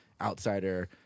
outsider